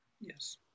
Yes